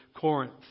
Corinth